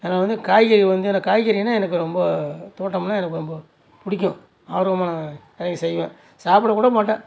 அதனால் தான் வந்து காய்கறி வந்து நான் காய்கறினால் எனக்கு ரொம்ப தோட்டம்னால் எனக்கு ரொம்ப பிடிக்கும் ஆர்வமாக நான் இறங்கி செய்வேன் சாப்பிட கூட மாட்டேன்